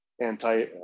anti